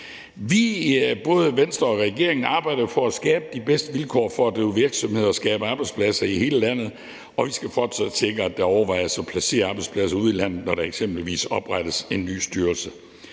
arbejder jo for at skabe de bedste vilkår for at drive virksomhed og skabe arbejdspladser i hele landet, og vi skal fortsat sikre, at det overvejes at placere arbejdspladser ude i landet, når der eksempelvis oprettes en ny styrelse.